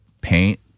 paint